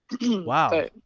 Wow